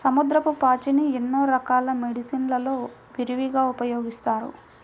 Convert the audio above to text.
సముద్రపు పాచిని ఎన్నో రకాల మెడిసిన్ లలో విరివిగా ఉపయోగిస్తారు